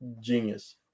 genius